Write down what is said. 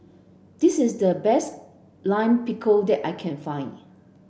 this is the best Lime Pickle that I can find